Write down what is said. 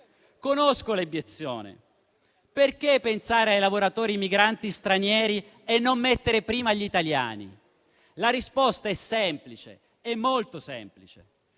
Conosco l'obiezione: perché pensare ai lavoratori migranti stranieri e non mettere prima gli italiani? La risposta è semplice, è molto semplice: